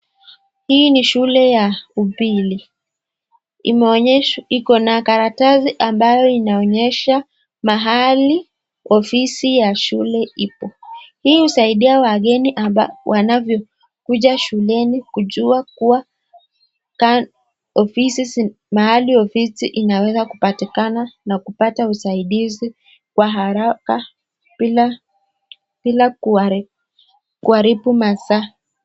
Hii ni shule ya upili. Iko na karatasi ambayo inaonyesha mahali ofisi ya shule ipo. Hii husaidia wageni wanavyokuja shuleni kujua kuwa mahali ofisi inaweza kupatikana na kupata usaidizi kwa haraka bila kuharibu masaa.